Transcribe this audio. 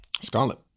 scarlet